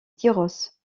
tyrosse